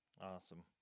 Awesome